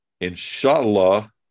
Inshallah